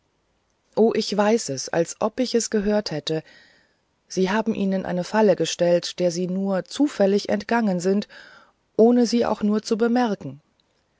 o ich weiß es als ob ich es gehört hätte sie haben ihnen eine falle gestellt der sie nur zufällig entgangen sind ohne sie auch nur zu bemerken